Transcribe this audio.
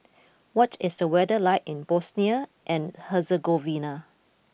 what is the weather like in Bosnia and Herzegovina